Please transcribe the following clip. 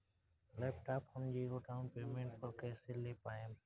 Laptop हम zero down payment पर कैसे ले पाएम?